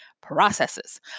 processes